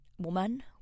woman